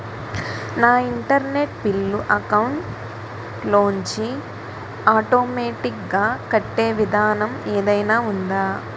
నా internet bill account లోంచి automatic గా కట్టే విధానం ఏదైనా ఉందా?